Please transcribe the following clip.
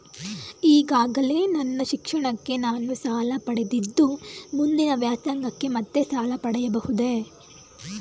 ಈಗಾಗಲೇ ನನ್ನ ಶಿಕ್ಷಣಕ್ಕೆ ನಾನು ಸಾಲ ಪಡೆದಿದ್ದು ಮುಂದಿನ ವ್ಯಾಸಂಗಕ್ಕೆ ಮತ್ತೆ ಸಾಲ ಪಡೆಯಬಹುದೇ?